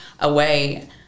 away